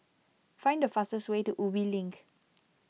find the fastest way to Ubi Link